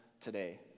today